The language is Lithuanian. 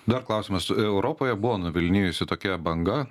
dar klausimas europoje buvo nuvilnijusi tokia banga